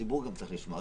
שהציבור גם צריך לשמוע.